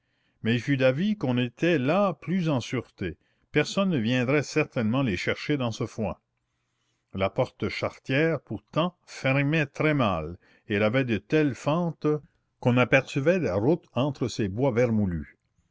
mais il fut d'avis qu'on était là plus en sûreté personne ne viendrait certainement les chercher dans ce foin la porte charretière pourtant fermait très mal et elle avait de telles fentes qu'on apercevait la route entre ses bois vermoulus